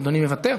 אדוני מוותר?